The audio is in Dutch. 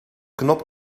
knop